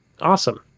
awesome